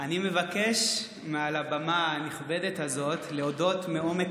אני מבקש מעל הבמה הנכבדת הזאת להודות מעומק